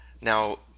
Now